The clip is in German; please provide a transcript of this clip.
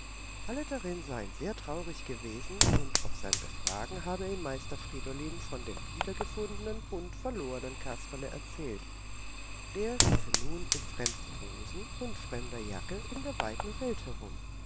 alle darin seien sehr traurig gewesen und auf sein befragen habe ihm meister friedolin von dem wiedergefundenen und verlorenen kasperle erzählt der liefe nun in fremden hosen und fremder jacke in der weiten welt herum